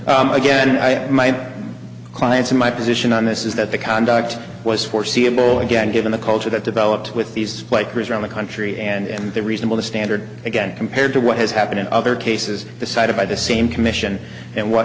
history again i my clients and my position on this is that the conduct was foreseeable again given the culture that developed with these like prisoner in the country and the reasonable the standard again compared to what has happened in other cases decided by the same commission and what